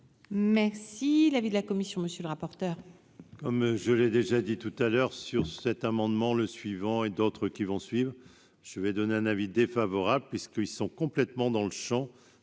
si l'avis de la commission, monsieur le rapporteur. Comme je l'ai déjà dit tout à l'heure sur cet amendement, le suivant et d'autres qui vont suivre, je vais donner un avis défavorable puisque. Ils sont complètement dans le Champ